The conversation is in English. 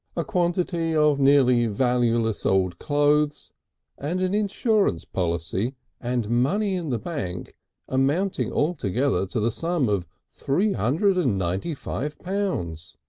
a quantity of nearly valueless old clothes and an insurance policy and money in the bank amounting altogether to the sum of three hundred and ninety-five pounds.